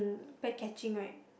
very catching right